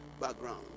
background